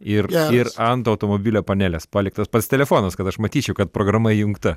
ir ir ant automobilio panelės paliktas pats telefonas kad aš matyčiau kad programa įjungta